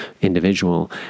individual